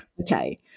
Okay